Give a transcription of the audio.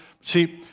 See